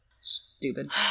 stupid